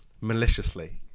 maliciously